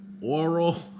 Oral